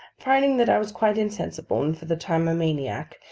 finding that i was quite insensible, and for the time a maniac,